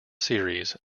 series